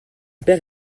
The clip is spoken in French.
père